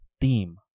theme